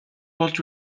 болж